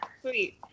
Sweet